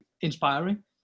inspiring